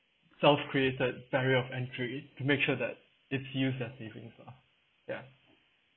self created barrier of entry to make sure that it's used as savings lah ya